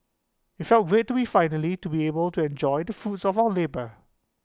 felt great to finally be able to enjoy the fruits of our labour